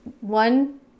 one